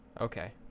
Okay